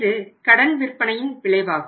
இது கடன் விற்பனையின் விளைவாகும்